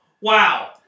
Wow